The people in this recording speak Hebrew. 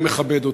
מכבד אותנו.